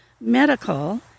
medical